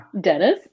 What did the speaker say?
Dennis